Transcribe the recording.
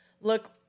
look